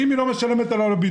אם היא לא משלמת לו על הבידוד,